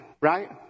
right